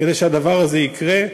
כדי שהדבר הזה יקרה,